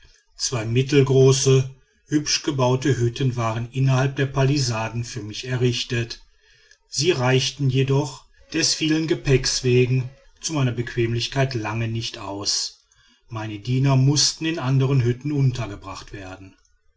zwei mittelgroße hübsch gebaute hütten waren innerhalb der palisaden für mich errichtet sie reichten jedoch des vielen gepäcks wegen zu meiner bequemlichkeit lange nicht aus meine diener mußten in andern hütten untergebracht werden